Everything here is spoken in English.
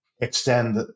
extend